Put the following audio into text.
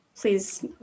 Please